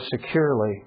securely